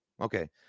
okay